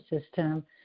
system